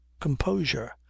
composure